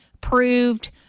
proved